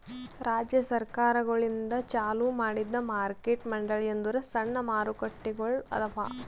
ರಾಜ್ಯ ಸರ್ಕಾರಗೊಳಿಂದ್ ಚಾಲೂ ಮಾಡಿದ್ದು ಮಾರ್ಕೆಟ್ ಮಂಡಳಿ ಅಂದುರ್ ಸಣ್ಣ ಮಾರುಕಟ್ಟೆಗೊಳ್ ಅವಾ